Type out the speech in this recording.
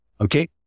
Okay